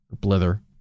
Blither